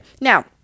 Now